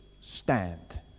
stand